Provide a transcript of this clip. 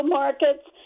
markets